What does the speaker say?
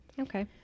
Okay